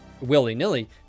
willy-nilly